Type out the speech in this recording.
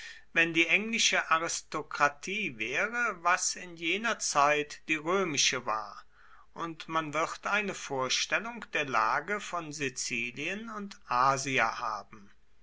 wenn die englische aristokratie wäre was in jener zeit die römische war und man wird eine vorstellung der lage von sizilien und asia haben